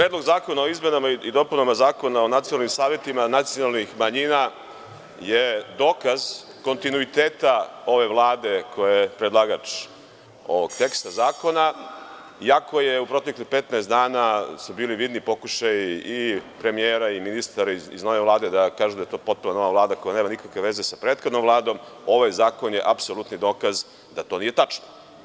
Predlog zakona o izmenama i dopunama Zakona o nacionalnim savetima nacionalnih manjina je dokaz kontinuiteta ove Vlade, koja je predlagač ovog teksta zakona, iako su u proteklih 15 dana bili vidni pokušaji i premijera i ministara iz nove Vlade da kažu da je to potpuno nova Vlada koja nema nikakve veze sa prethodnom Vladom, ovaj zakon je apsolutni dokaz da to nije tačno.